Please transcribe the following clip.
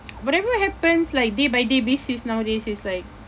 whatever happens like day by day basis nowadays it's like